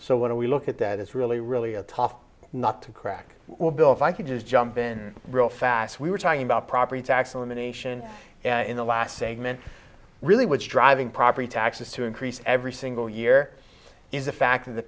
when we look at that it's really really a tough nut to crack well bill if i could just jump in real fast we were talking about property tax on the nation in the last segment really what's driving property taxes to increase every single year is the fact